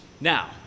Now